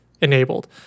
enabled